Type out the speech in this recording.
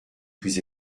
plus